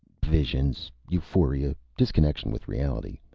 visions. euphoria. disconnection with reality.